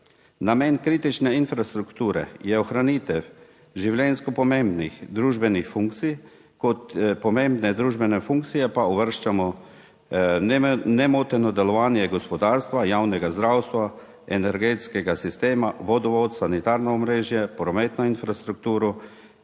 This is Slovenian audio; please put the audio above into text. Namen kritične infrastrukture je ohranitev življenjsko pomembnih družbenih funkcij. Kot pomembne družbene funkcije pa uvrščamo nemoteno delovanje gospodarstva, javnega zdravstva, energetskega sistema, vodovod, sanitarno omrežje, prometno infrastrukturo,